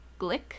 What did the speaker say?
glick